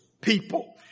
people